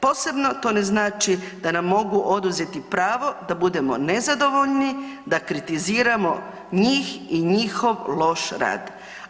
Posebno, to ne znači da nam mogu oduzeti pravo da budemo nezadovoljni, da kritiziramo njih i njihov loš rad.